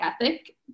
ethic